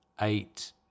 eight